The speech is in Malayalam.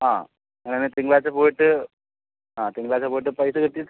ആ അങ്ങനെയാണെങ്കിൽ തിങ്കളാഴ്ച പോയിട്ട് ആ തിങ്കളാഴ്ച പോയിട്ട് പൈസ കിട്ടിയിട്ട്